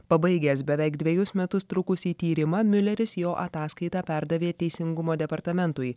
pabaigęs beveik dvejus metus trukusį tyrimą miuleris jo ataskaitą perdavė teisingumo departamentui